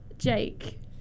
Jake